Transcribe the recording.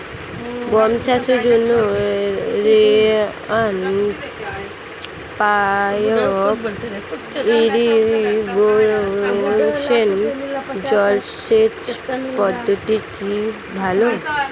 গম চাষের জন্য রেইন পাইপ ইরিগেশন জলসেচ পদ্ধতিটি কি ভালো?